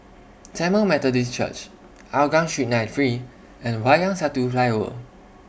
Tamil Methodist Church Hougang Street ninety three and Wayang Satu Flyover